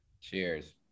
cheers